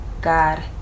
God